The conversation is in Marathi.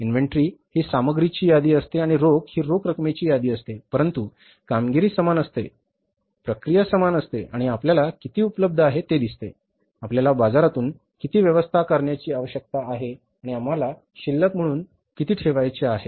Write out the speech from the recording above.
इन्व्हेंटरी ही सामग्रीची यादी असते आणि रोख हि रोख रकमेची यादी असते परंतु कामगिरी समान असते परंतु प्रक्रिया समान आहे की तेथे आपल्याला किती उपलब्ध आहे ते दिसते आपल्याला बाजारातून किती व्यवस्था करण्याची आवश्यकता आहे आणि आम्हाला शिल्लक म्हणून किती ठेवायचे आहे